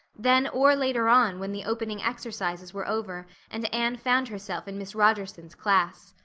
then or later on when the opening exercises were over and anne found herself in miss rogerson's class.